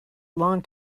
long